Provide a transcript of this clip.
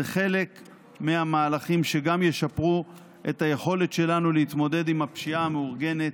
זה חלק מהמהלכים שגם ישפרו את היכולת שלנו להתמודד עם הפשיעה המאורגנת.